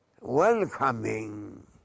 welcoming